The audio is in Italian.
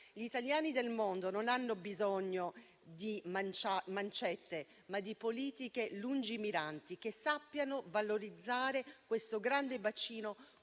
Gli italiani del mondo non hanno bisogno di mancette, ma di politiche lungimiranti che sappiano valorizzare questo grande bacino